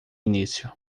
início